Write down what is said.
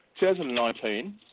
2019